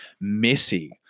messy